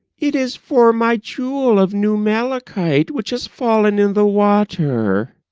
it is for my jewel of new malachite which is fallen in the water